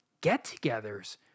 get-togethers